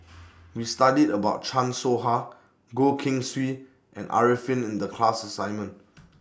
We studied about Chan Soh Ha Goh Keng Swee and Arifin in The class assignment